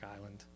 island